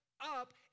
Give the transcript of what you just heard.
up